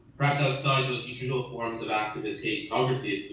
perhaps outside those usual forms of activist, obviously